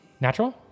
Natural